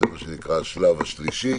מה שנקרא השלב השלישי,